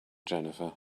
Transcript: jennifer